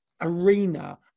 arena